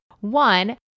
One